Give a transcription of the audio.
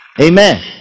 Amen